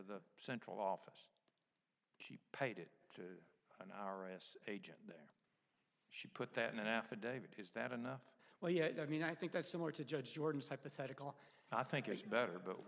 the central office she paid it in our us agent there she put that in an affidavit is that enough well yeah i mean i think that's similar to judge jordan's hypothetical i think it's better but